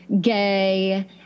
gay